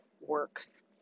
works